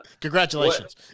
congratulations